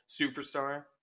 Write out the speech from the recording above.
superstar